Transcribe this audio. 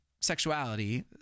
sexuality